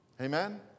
Amen